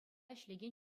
ӗҫлекен